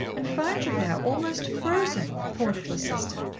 and found you there, almost frozen, poor little sister!